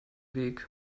weg